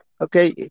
okay